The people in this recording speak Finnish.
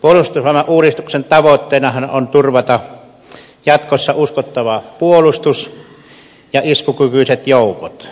puolustusvoimauudistuksen tavoitteenahan on turvata jatkossa uskottava puolustus ja iskukykyiset joukot